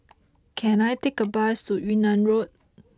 can I take a bus to Yunnan Road